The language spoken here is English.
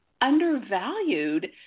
undervalued